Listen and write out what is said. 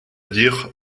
dire